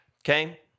Okay